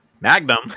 Magnum